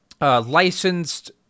licensed